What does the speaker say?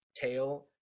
tail